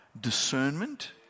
discernment